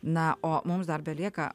na o mums dar belieka